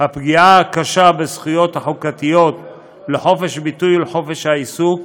הפגיעה הקשה בזכויות החוקתיות לחופש ביטוי ולחופש העיסוק,